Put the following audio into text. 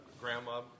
grandma